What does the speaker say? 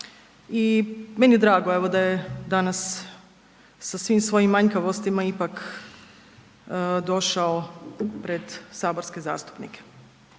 i meni je drago evo da je danas sa svim svojim manjkavostima ipak došao pred saborske zastupnike